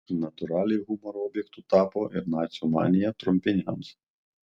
natūraliai humoro objektu tapo ir nacių manija trumpiniams